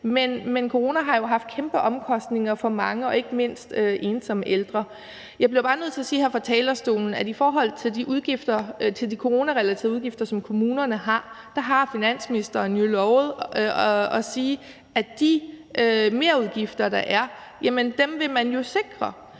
men corona har jo haft kæmpe omkostninger for mange og ikke mindst ensomme ældre. Jeg bliver bare nødt til at sige her fra talerstolen i forhold til de coronarelaterede udgifter, som kommunerne har, at finansministeren jo har lovet, at de merudgifter, der er, vil man sikre.